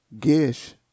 Gish